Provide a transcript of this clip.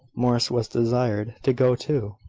morris was desired to go too,